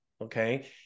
Okay